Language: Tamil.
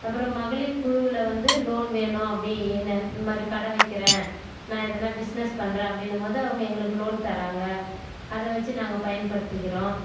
அப்புறம் மகளிர் குழுவில் வந்து லோன் வேணும் அப்படின்னு இது மாதிரி கடை வைக்கிறேன் நான் எதுனா பிஸ்னஸ் பண்ணுறேன் அப்படின்னும் போது அவங்க எங்களுக்கு லோன் தர்றாங்க அதை வைச்சி நாங்கள் பயன்படுத்திக்கிறோம்